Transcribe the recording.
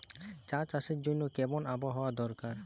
চা চাষের জন্য কেমন আবহাওয়া দরকার?